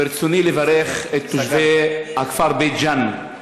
ברצוני לברך את הכפר בית ג'ן,